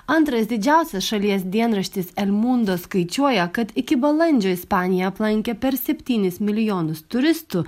antras didžiausias šalies dienraštis el mundo skaičiuoja kad iki balandžio ispaniją aplankė per septynis milijonus turistų